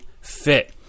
fit